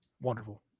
wonderful